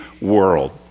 world